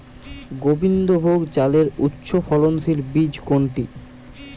গোবিন্দভোগ চালের উচ্চফলনশীল বীজ কোনটি?